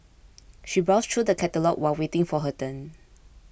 she browsed through the catalogues while waiting for her turn